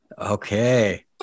Okay